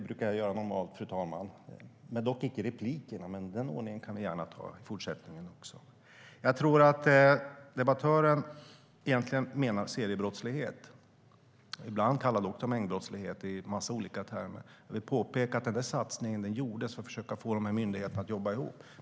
Fru talman! Jag tror att debattören egentligen menar seriebrottslighet. Ibland kallas det även mängdbrottslighet; det finns en massa olika termer. Jag vill påpeka att satsningen gjordes för att försöka få myndigheterna att jobba ihop.